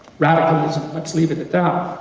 radicalism, let's leave it at that.